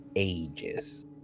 ages